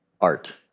art